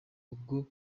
ubwo